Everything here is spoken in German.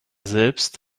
selbst